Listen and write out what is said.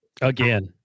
again